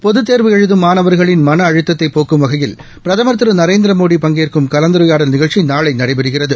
பொதத் தேர்வு எழுதும் மாணவர்களின் மன அழுத்ததை போக்கும் வகையில் பிரதம் திரு நரேந்திரமோடி பங்கேற்கும் கலந்துரையாடல் நிகழ்ச்சி நாளை நடைபெறுகிறது